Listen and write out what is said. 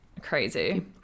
crazy